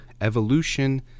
evolution